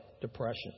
depression